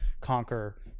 conquer